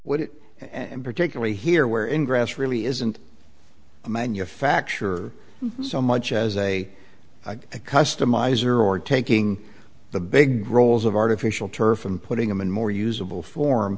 d it and particularly here where in grass really isn't a manufacture so much as a i customize or or taking the big roles of artificial turf and putting them in more usable